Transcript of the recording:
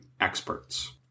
experts